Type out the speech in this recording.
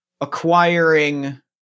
acquiring